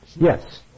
Yes